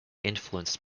influenced